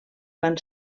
van